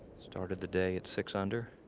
started the day at six under